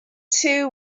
two